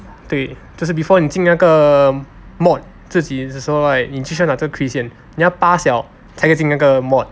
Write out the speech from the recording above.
对就是 before 你进那个 mod 自己的时候 right 你就是要拿这个 quiz 先你要 pass liao 才可以进那个 mod